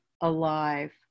alive